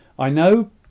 i know,